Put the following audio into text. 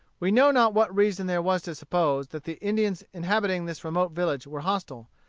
we know not what reason there was to suppose that the indians inhabiting this remote village were hostile.